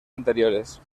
anteriores